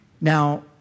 Now